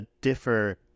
differ